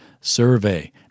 survey